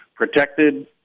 protected